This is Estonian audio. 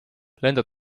lendab